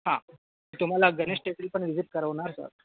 हा तुम्हाला गणेश टेकडी पण व्हीजिट करवणार सर